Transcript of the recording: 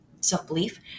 self-belief